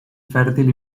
fèrtil